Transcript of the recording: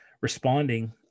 responding